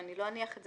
אני לא אניח את זה